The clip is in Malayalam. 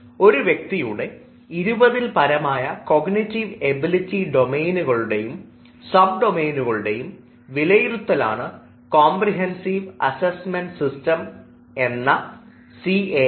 ഒരു വ്യക്തിയുടെ ഇരുപതിൽപരമായ കോഗ്നിറ്റീവ് എബിലിറ്റി ഡൊമെയ്നുകളുടെയും സബ് ഡൊമെയ്നുകളുടെയും വിലയിരുത്തലാണ് കോമംപിഹൻസിവ് അസെസ്മെൻറ് സിസ്റ്റം എന്ന് സി എ എസ്